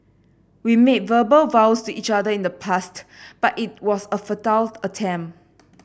we made verbal vows to each other in the past but it was a futile attempt